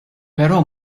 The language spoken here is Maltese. però